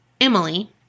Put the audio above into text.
Emily